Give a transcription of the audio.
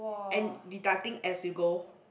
and deducting as you go